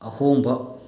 ꯑꯍꯣꯡꯕ